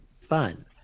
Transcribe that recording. fun